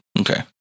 Okay